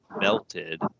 melted